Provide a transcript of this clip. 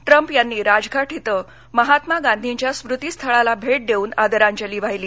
Trump यांनी राजघाट इथं महात्मा गांधींच्या स्मृतीस्थळाला भेट देऊन आदरांजलीवाहिली